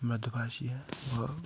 मृदु भाषी हैं वह